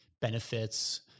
benefits